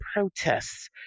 protests